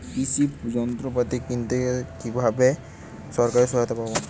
কৃষি যন্ত্রপাতি কিনতে কিভাবে সরকারী সহায়তা পাব?